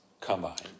combined